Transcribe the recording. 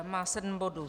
Má sedm bodů.